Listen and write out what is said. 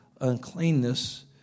uncleanness